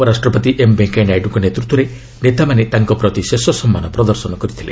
ଉପରାଷ୍ଟ୍ରପତି ଏମ୍ ଭେଙ୍କୟା ନାଇଡ଼ଙ୍କ ନେତୃତ୍ୱରେ ନେତାମାନେ ତାଙ୍କ ପ୍ରତି ଶେଷ ସମ୍ମାନ ପ୍ରଦର୍ଶନ କରିଥିଲେ